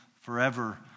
forever